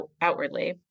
outwardly